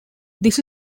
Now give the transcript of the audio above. this